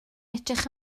edrych